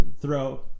throw